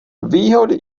výhody